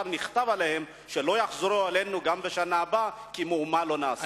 נכתבו עליהם דוחות לא יחזרו אלינו גם בשנה הבאה כי מאומה לא נעשה.